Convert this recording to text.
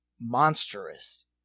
monstrous